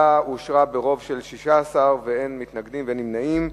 16 בעד, אין מתנגדים ואין נמנעים.